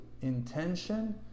intention